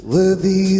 Worthy